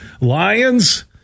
Lions